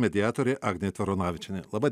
mediatorė agnė tvaronavičienė laba